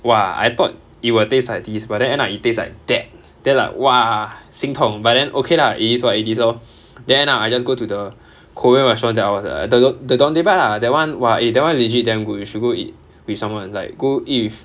!wah! I thought it will taste like this but then end up it taste like that then like !wah! 心痛 but then okay lah it is what it is loh then end up I just go to the korean restaurant that I was at the do~ the Don Dae Bak ah that [one] !wah! eh that [one] legit damn good you should go eat with someone like go eat with